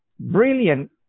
brilliant